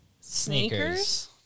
Sneakers